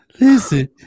Listen